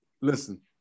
Listen